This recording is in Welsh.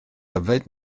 yfed